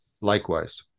Likewise